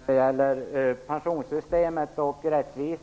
Herr talman! När det gäller rättvisan med pensionssystemet vill